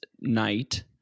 night